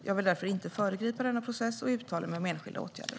Jag vill därför inte föregripa denna process och uttala mig om enskilda åtgärder.